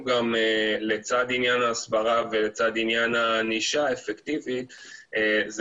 לצד עניין ההסברה ולצד עניין הענישה האפקטיבית זה